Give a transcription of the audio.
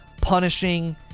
punishing